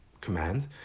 command